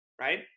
right